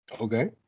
okay